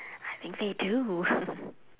I think they do